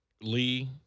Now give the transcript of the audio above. Lee